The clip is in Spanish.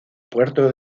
puerto